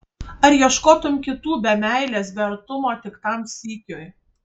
ar ieškotum kitų be meilės be artumo tik tam sykiui